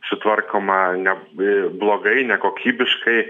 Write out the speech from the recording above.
sutvarkoma neb į blogai nekokybiškai